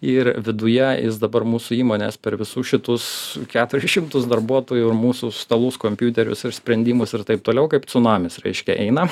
ir viduje jis dabar mūsų įmonės per visus šitus keturis šimtus darbuotojų ir mūsų stalus kompiuterius ir sprendimus ir taip toliau kaip cunamis raiškia eina